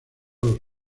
los